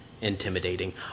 intimidating